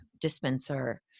dispenser